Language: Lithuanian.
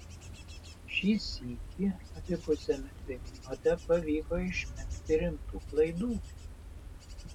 šį sykį abipusiame ceitnote pavyko išvengti rimtų klaidų